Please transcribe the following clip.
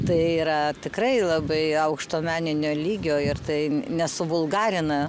tai yra tikrai labai aukšto meninio lygio ir tai nesuvulgarina